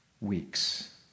weeks